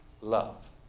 love